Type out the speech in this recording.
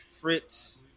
Fritz